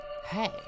Hey